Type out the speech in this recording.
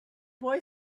boy